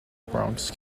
bronx